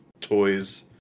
toys